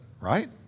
right